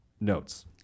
notes